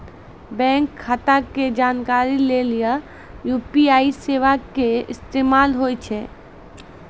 bank खाता के जानकारी लेली यू.पी.आई सेबा के इस्तेमाल होय छै